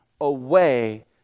away